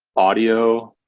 audio,